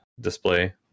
display